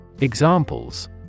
Examples